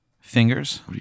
fingers